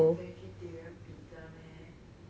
then vegetarian pizza meh